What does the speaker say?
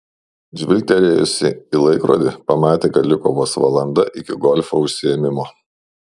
žvilgtelėjusi į laikrodį pamatė kad liko vos valanda iki golfo užsiėmimo